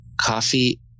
coffee